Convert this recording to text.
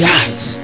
eyes